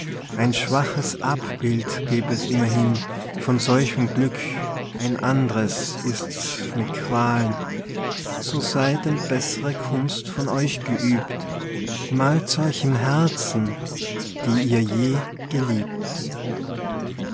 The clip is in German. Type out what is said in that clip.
ein schwaches abbild gäb es immerhin von solchem glück ein andres ist's mit qualen so sei denn bessre kunst von euch geübt malt's euch im herzen die ihr je geliebt